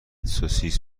سوسیس